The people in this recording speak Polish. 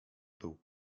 był